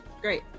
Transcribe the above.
great